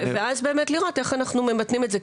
ואז באמת נוכל לראות איך אנחנו ממתנים את זה.